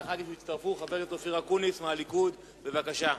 חבר הכנסת אופיר אקוניס מהליכוד, בבקשה.